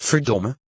Verdomme